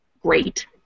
great